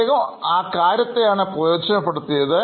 അദ്ദേഹം ആ ഒരു കാര്യത്തെയാണ് പ്രയോജനപ്പെടുത്തിയത്